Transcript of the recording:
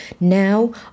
Now